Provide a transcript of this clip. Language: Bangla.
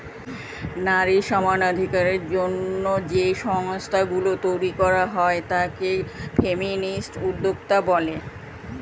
নারী সমানাধিকারের জন্য যে সংস্থা গুলো তৈরী করা হয় তাকে ফেমিনিস্ট উদ্যোক্তা বলে